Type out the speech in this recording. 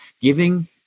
giving